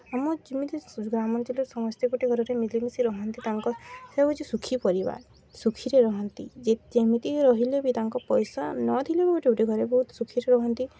ଆମ ଯେମିତି ଗ୍ରାମାଞ୍ଚଳରେ ସମସ୍ତେ ଗୋଟେ ଘରରେ ମିଳିମିଶି ରୁହନ୍ତି ତାଙ୍କ ସେ ହେଉଛି ସୁଖୀ ପରିବାର ସୁଖୀରେ ରୁହନ୍ତି ଯେ ଯେମିତି ରହିଲେ ବି ତାଙ୍କ ପଇସା ନଦେଲେ ବି ଗୋଟେ ଗୋଟେ ଘରେ ବହୁତ ସୁଖୀରେ ରୁହନ୍ତି